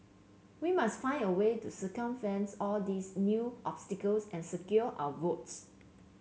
we must find a way to circumvents all these new obstacles and secure our votes